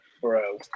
Bro